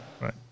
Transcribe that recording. right